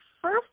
first